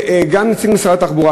גם נציגי משרד התחבורה,